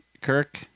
Kirk